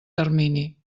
termini